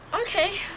Okay